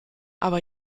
aber